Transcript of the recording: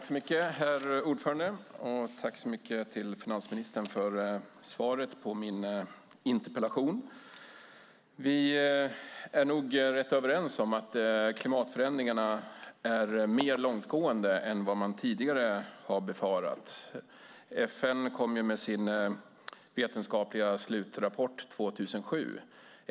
Herr talman! Tack så mycket, finansministern, för svaret på min interpellation! Vi är nog rätt överens om att klimatförändringarna är mer långtgående än vad man tidigare har befarat. FN kom med sin vetenskapliga slutrapport 2007.